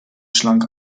schlank